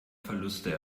verluste